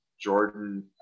Jordan